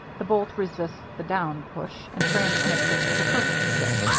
the bolt resists the down push and transmits it to the first stick,